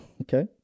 Okay